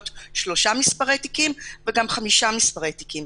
שלושה מספרי תיקים וגם חמישה מספרי תיקים.